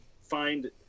find